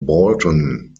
bolton